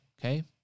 okay